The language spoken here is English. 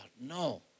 no